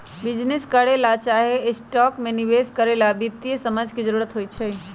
business करे ला चाहे स्टॉक में निवेश करे ला वित्तीय समझ के जरूरत होई छई